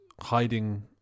hiding